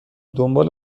دنبال